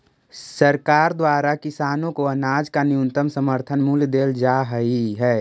सरकार द्वारा किसानों को अनाज का न्यूनतम समर्थन मूल्य देल जा हई है